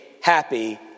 happy